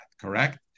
correct